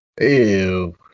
ew